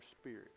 spirit